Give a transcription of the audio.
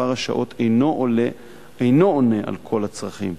מספר השעות אינו עונה על כל הצרכים.